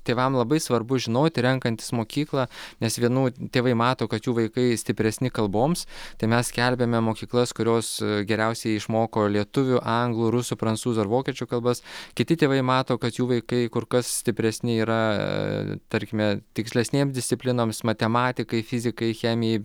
tėvam labai svarbu žinoti renkantis mokyklą nes vienų tėvai mato kad jų vaikai stipresni kalboms tai mes skelbiame mokyklas kurios geriausiai išmoko lietuvių anglų rusų prancūzų ar vokiečių kalbas kiti tėvai mato kad jų vaikai kur kas stipresni yra tarkime tikslesnėm disciplinoms matematikai fizikai chemijai